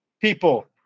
people